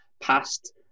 past